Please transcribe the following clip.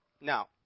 Now